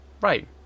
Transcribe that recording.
Right